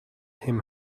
him